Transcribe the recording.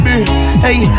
Hey